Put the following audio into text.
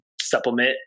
supplement